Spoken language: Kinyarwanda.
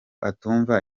atumva